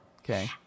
Okay